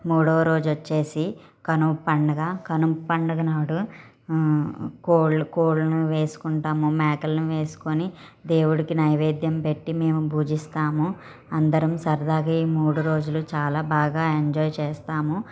మూడవ రోజు వచ్చేసి కనుమ పండుగ కనుమ పండుగ నాడు కోళ్ళును వేసుకుంటాము మేకలను వేసుకొని దేవుడికి నైవేద్యం పెట్టి మేము పూజిస్తాము అందరం సరదాగా ఈ మూడు రోజులు చాలా బాగా ఎంజాయ్ చేస్తాము